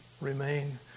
remain